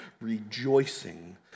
rejoicing